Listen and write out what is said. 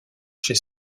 chez